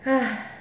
!huh!